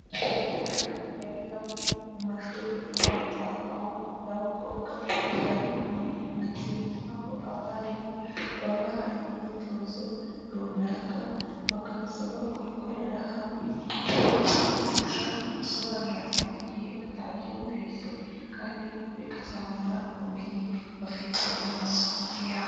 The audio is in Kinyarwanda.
Abanyeshuri bari hamwe mu mashuri abanza, abahungu n'abakobwa bari kumwe mu matsinda, aho abarimu babaha imyitozo runaka bakabasaba kuyikorera hamwe kubera ko bibafasha gusobanurirana mu gihe batabyumvise, kandi bikazamura ubumenyi bafite mu masomo yabo.